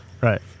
Right